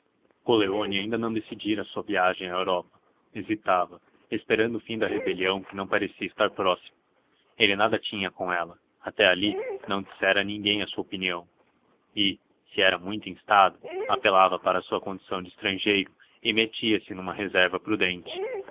coleoni ainda não decidira a sua viagem à europa hesitava esperando o fim da rebelião que não parecia estar próximo ele nada tinha com ela até ali não dissera a ninguém a sua opinião e se era muito instado apelava para a sua condição de estrangeiro e metia-se numa reserva prudente